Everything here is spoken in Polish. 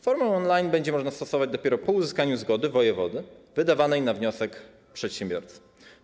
Formę on-line będzie można stosować dopiero po uzyskaniu zgody wojewody wydawanej na wniosek przedsiębiorcy.